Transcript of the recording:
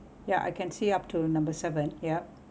ya I can see up to number seven yup